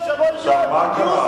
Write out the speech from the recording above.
עכשיו מה קרה?